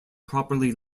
properly